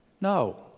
No